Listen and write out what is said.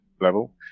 level